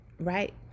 Right